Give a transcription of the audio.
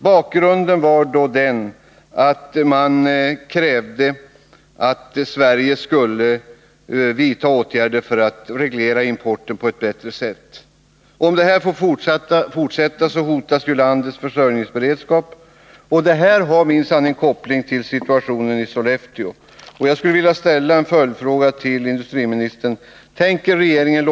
Bakgrunden var att man krävde att Sverige skulle vidta åtgärder för att reglera importen på ett bättre sätt. Om ingen ändring kommer till stånd hotas landets försörjningsberedskap. Och detta har minsann en koppling till situationen i Sollefteå.